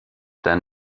than